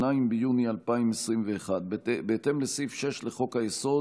2 ביוני 2021. בהתאם לסעיף 6 לחוק-היסוד,